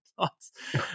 thoughts